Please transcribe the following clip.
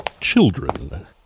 children